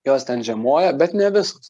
jos ten žiemoja bet ne visos